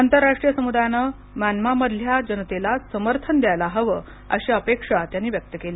आंतरराष्ट्रीय समुदायानं म्यान्मामधल्या जनतेला समर्थन द्यायला हवं अशी अपेक्षा त्यांनी व्यक्त केली